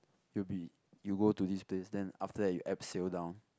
it would be you go to this place then after that you abseil down